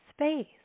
space